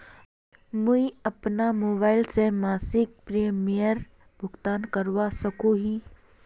मुई अपना मोबाईल से मासिक प्रीमियमेर भुगतान करवा सकोहो ही?